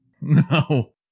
No